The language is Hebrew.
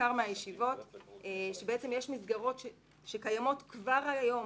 ניכר מהישיבות שבעצם יש מסגרות שקיימות כבר היום